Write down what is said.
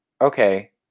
okay